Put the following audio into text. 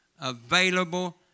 available